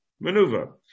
maneuver